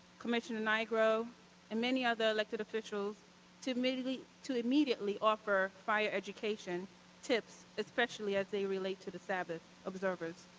commissioner nigro and many other elected officials to immediately to immediately offer fire education tips, especially as they relate to the sabbath observers.